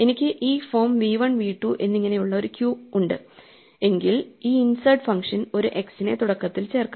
എനിക്ക് ഈ form V one V 2 എന്നിങ്ങനെ ഉള്ള ഒരു ക്യു ഉണ്ട് എങ്കിൽ ഈ ഇൻസെർട്ട് ഫംഗ്ഷൻ ഒരു X നെ തുടക്കത്തിൽ ചേർക്കും